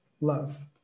love